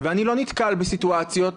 ואני לא נתקל בסיטואציות